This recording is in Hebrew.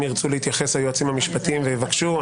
אם ירצו להתייחס היועצים המשפטיים ויבקשו,